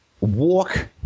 walk